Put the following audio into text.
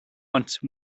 once